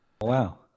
Wow